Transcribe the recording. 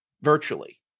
virtually